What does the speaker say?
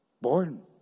Born